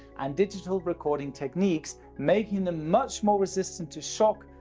and digital recording techniques, making them much more resistant to shock,